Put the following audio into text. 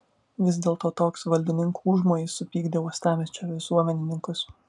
vis dėlto toks valdininkų užmojis supykdė uostamiesčio visuomenininkus